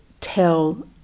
tell